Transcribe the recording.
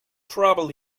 trouble